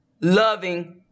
loving